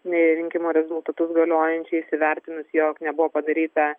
nei rinkimų rezultatus galiojančiais įvertinus jog nebuvo padaryta